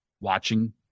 watching